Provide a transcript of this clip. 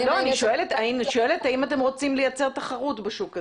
האם אתם רוצים לייצר תחרות בשוק הזה?